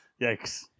Yikes